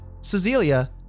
Cecilia